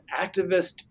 activist